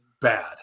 bad